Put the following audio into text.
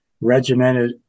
regimented